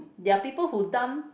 there are people who dump